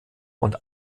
und